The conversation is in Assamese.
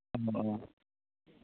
অ